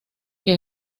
que